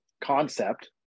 concept